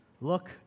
look